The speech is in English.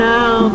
Now